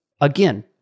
again